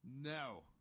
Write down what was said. No